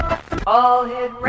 All-Hit